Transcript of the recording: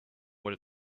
what